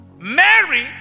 Mary